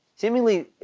Seemingly